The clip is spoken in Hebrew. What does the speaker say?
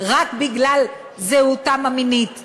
רק בגלל זהותם המינית,